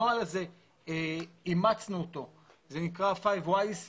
אימצנו נוהל מסודר